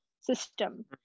system